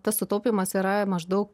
tas sutaupymas yra maždaug